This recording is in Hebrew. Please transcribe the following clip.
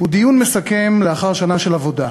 הוא דיון מסכם לאחר שנה של עבודה.